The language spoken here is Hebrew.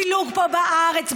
פילוג פה בארץ,